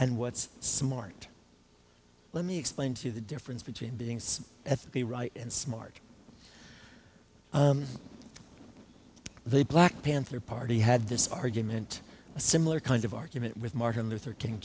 and what's smart let me explain to the difference between being seen at the right and smart they black panther party had this argument a similar kind of argument with martin luther king